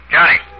Johnny